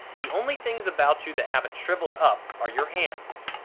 the only things about you that haven't shrivelled up are your hands.